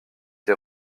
été